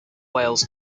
wales